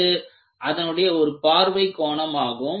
இது அதனுடைய ஒரு பார்வை கோணம் ஆகும்